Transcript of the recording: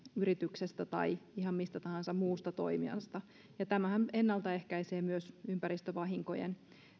yrityksestä tai ihan mistä tahansa muusta toimijasta tämähän ennaltaehkäisee myös ympäristövahinkojen